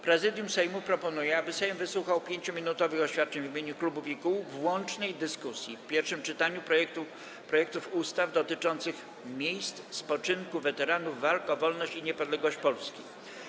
Prezydium Sejmu proponuje, aby Sejm wysłuchał 5-minutowych oświadczeń w imieniu klubów i kół w łącznej dyskusji w pierwszym czytaniu projektów ustaw dotyczących miejsc spoczynku weteranów walk o wolność i niepodległość Polski.